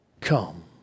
come